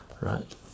Right